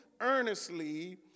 earnestly